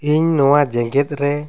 ᱤᱧ ᱱᱚᱣᱟ ᱡᱮᱜᱮᱛ ᱨᱮ